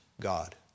God